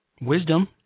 wisdom